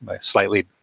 slightly